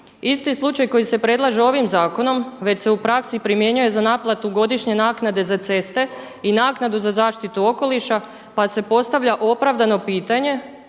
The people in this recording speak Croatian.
Isti slučaj koji se predlaže ovim zakonom već se u praksi primjenjuje za naplatu godišnje naknade za ceste i naknadu za zaštitu okoliša pa se postavlja opravdano pitanje